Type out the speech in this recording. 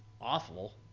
awful